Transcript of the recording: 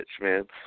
man